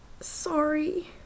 Sorry